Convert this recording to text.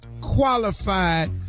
qualified